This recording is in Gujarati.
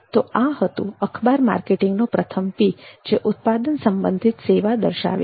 તો આ હતું અખબાર માર્કેટિંગ નો પ્રથમ P જે ઉત્પાદન સબંધિત સેવા દર્શાવે છે